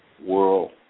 World